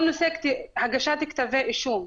כל נושא הגשת כתבי אישום,